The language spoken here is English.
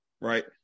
Right